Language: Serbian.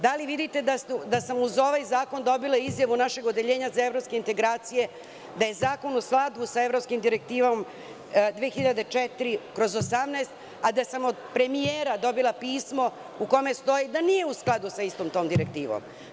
Da li vidite da sam uz ovaj zakon dobila izjavu našeg Odeljenja za evropske integracije, da je zakon u skladu sa Evropskom direktivom 2004/18, a da sam od premijera dobila pismo u kome stoji da nije u skladu sa istom tom direktivom?